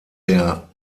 der